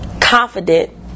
confident